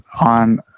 on